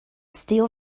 steel